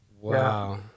Wow